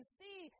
see